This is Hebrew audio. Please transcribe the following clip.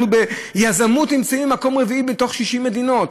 אנחנו ביזמות נמצאים במקום רביעי מ-60 מדינות,